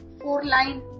four-line